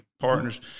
partners